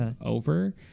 over